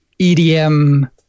EDM